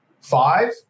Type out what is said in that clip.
five